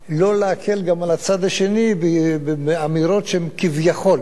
אין להקל גם על הצד השני באמירות שהן כביכול,